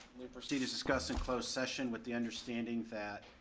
we proceed to discuss in closed session with the understanding that